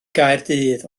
gaerdydd